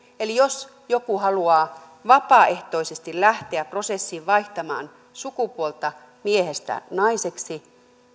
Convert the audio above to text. eli jos joku haluaa vapaaehtoisesti lähteä prosessiin vaihtamaan sukupuolta miehestä naiseksi